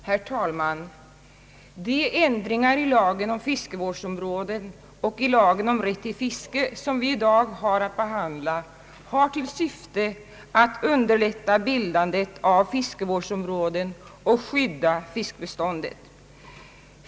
Herr talman! De ändringar i lagen om fiskevårdsområden och i lagen om rätt till fiske som vi i dag har att behandla har till syfte att underlätta bildandet av fiskevårdsområden och skydda fiskbeståndet.